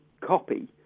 copy